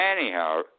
Anyhow